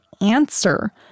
answer